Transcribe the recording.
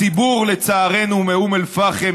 הציבור מאום אל-פחם,